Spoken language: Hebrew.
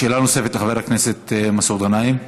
שאלה נוספת לחבר הכנסת מסעוד גנאים.